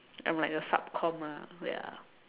I'm like the sub comm lah ya